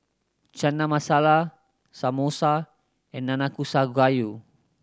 Chana Masala Samosa and Nanakusa Gayu